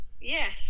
yes